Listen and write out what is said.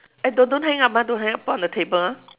eh do~ don't hang up ah don't hang up put on the table ah